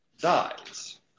dies